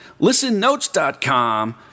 ListenNotes.com